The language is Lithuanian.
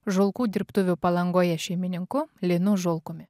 žulkų dirbtuvių palangoje šeimininku linu žulkumi